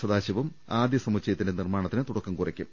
സദാശിവം ആദ്യസമുച്ച യത്തിന്റെ നിർമാണത്തിന് തുടക്കംകുറിക്കും